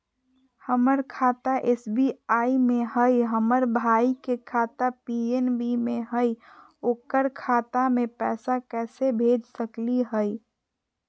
हमर खाता एस.बी.आई में हई, हमर भाई के खाता पी.एन.बी में हई, ओकर खाता में पैसा कैसे भेज सकली हई?